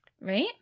Right